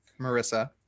Marissa